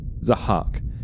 Zahak